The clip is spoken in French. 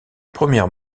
première